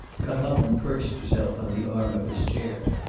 got up and perched herself on the arm of his chair.